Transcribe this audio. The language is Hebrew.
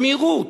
במהירות,